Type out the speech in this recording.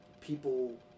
people